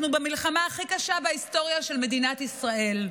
אנחנו במלחמה הכי קשה בהיסטוריה של מדינת ישראל.